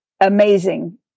amazing